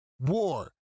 War